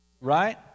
Right